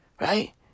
Right